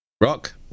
Rock